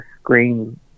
screen